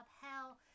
hell